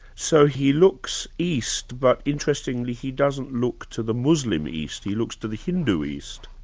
so he looks east, but interestingly, he doesn't look to the muslim east, he looks to the hindu east?